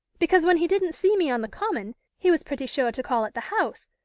because when he didn't see me on the common he was pretty sure to call at the house,